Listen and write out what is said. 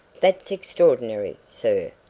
that's extraordinary, sir,